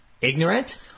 ignorant